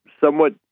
somewhat